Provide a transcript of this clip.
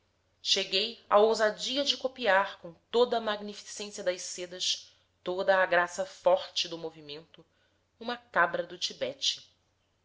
cheguei à ousadia de copiar com toda a magnificência das sedas toda a graça forte do movimento uma cabra de tibete